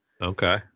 Okay